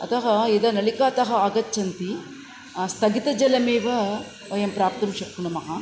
अतः यदा नलिकातः आगच्छति स्थगितजलमेव वयं प्राप्तुं शक्नुमः